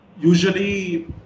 usually